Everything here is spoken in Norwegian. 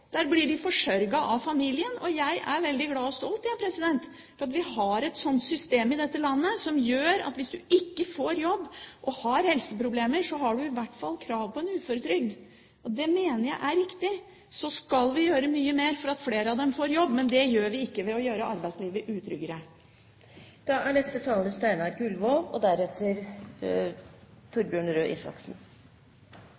Der blir de ikke telt, der blir de forsørget av familien. Og jeg er veldig glad for og stolt over at vi har et system i dette landet som er slik at hvis man ikke får jobb, og man har helseproblemer, har man i hvert fall krav på en uføretrygd. Det mener jeg er riktig. Så skal vi gjøre mye mer for at flere av dem får jobb, men det gjør vi ikke ved å gjøre arbeidslivet